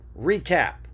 recap